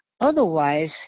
Otherwise